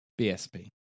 BSP